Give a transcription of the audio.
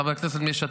חבר הכנסת מיש עתיד,